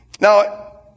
Now